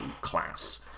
class